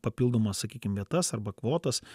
papildomas sakykim vietas arba kvotas